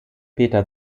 peter